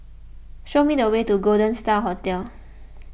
show me the way to Golden Star Hotel